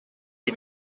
hai